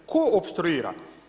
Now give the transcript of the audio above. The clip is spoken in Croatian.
Tko opstruira?